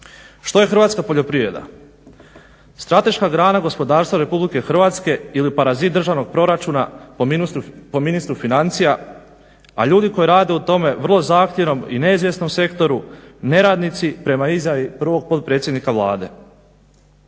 Što je hrvatska poljoprivreda? Strateška grana gospodarstva RH ili parazit državnog proračuna po ministru financija, a ljudi koji rade u tome vrlo zahtjevnom i neizvjesnom sektoru neradnici prema izjavi prvog potpredsjednika Vlade.